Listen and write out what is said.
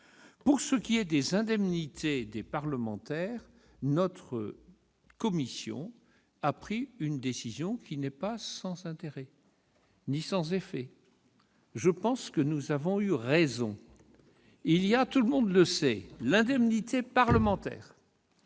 pour ce qui concerne les indemnités parlementaires, notre commission a pris une décision qui n'est pas sans intérêt ni sans effet. Et je pense que nous avons eu raison. Comme tout le monde le sait, les parlementaires